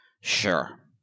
Sure